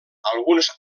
alguns